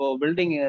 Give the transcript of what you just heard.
building